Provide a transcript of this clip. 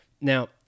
Now